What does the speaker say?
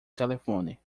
telefone